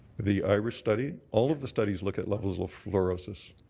the irish study? all of the studies look at levels of fluorosis.